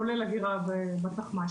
כולל אגירה בתחמ"ש.